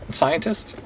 scientist